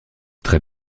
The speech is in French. très